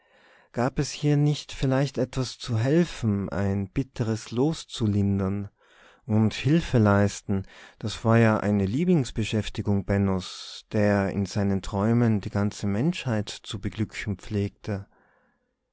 gab es hier nicht vielleicht etwas zu helfen ein bitteres los zu lindern und hilfe leisten das war ja eine lieblingsbeschäftigung bennos der in seinen träumen die ganze menschheit zu beglücken pflegte